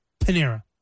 Panera